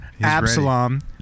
Absalom